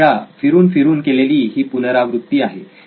अनेकानेक वेळा फिरून फिरून केलेली ही पुनरावृत्ती आहे